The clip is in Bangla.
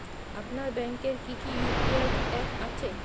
আপনার ব্যাংকের কি কি ইউ.পি.আই অ্যাপ আছে?